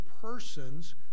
persons